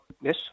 yes